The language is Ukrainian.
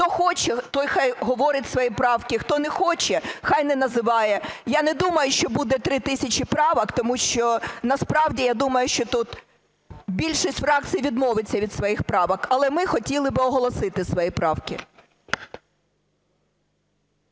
хто хоче - той хай говорить свої правки, хто не хоче - хай не називає. Я не думаю, що буде 3 тисячі правок, тому що насправді, я думаю, що тут більшість фракцій відмовиться від своїх правок. Але ми хотіли б оголосити свої правки.